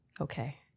okay